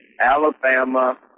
Alabama